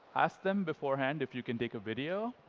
ask them beforehand if you can take a video.